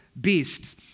beasts